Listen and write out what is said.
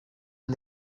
and